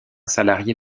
salarié